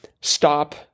stop